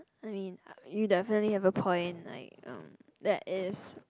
I mean you definitely have a point like um that is